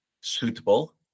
suitable